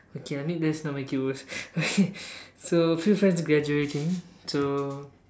okay I mean let's not make it worse okay so few friends graduating so